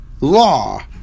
law